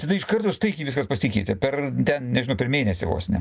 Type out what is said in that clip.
tada iš karto staigiai viskas pasikeitė per ten nežinau per mėnesį vos ne